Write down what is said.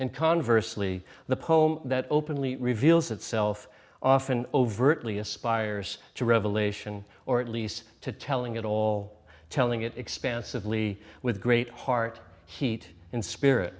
and conversely the poem that openly reveals itself often overtly aspires to revelation or at least to telling it all telling it expansively with great heart heat in spirit